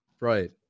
Right